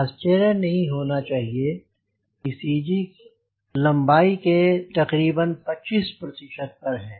आश्चर्य नहीं होना चाहिए कि सी जी लंबाई के तकरीबन 25 पर ही है